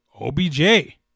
OBJ